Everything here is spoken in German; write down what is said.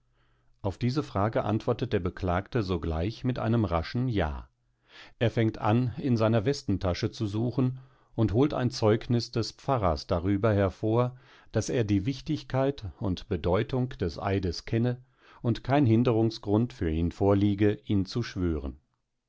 auf diese frage antwortet der beklagte sogleich mit einem raschen ja er fängt an in seiner westentasche zu suchen und holt ein zeugnis des pfarrers darüber hervor daß er die wichtigkeit und bedeutung des eides kenne und kein hinderungsgrund für ihn vorliege ihn zu schwören